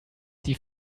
die